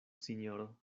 sinjoro